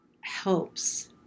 helps